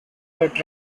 that